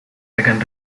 can